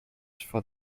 for